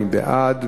מי בעד?